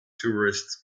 tourists